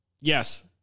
Yes